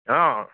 অঁ